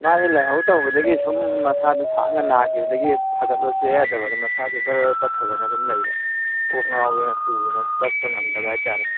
ꯃꯁꯤ ꯂꯥꯏꯍꯧ ꯇꯧꯕꯗꯒꯤ ꯁꯨꯝ ꯃꯁꯥꯗꯨ ꯁꯥꯡꯅ ꯅꯥꯈꯤꯕꯗꯒꯤ ꯐꯒꯠꯂꯨ ꯁꯨꯛꯌꯥ ꯌꯥꯗꯕ ꯑꯗꯨ ꯃꯁꯥꯁꯤ ꯕꯔ ꯕꯔ ꯄꯠꯊꯗꯅ ꯑꯗꯨꯝ ꯂꯩꯕ ꯀꯣꯛ ꯉꯥꯎꯗꯅ ꯇꯨꯗꯅ ꯆꯠꯄ ꯉꯝꯗꯕ ꯍꯥꯏꯇꯔꯦ